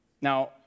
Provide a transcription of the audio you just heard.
now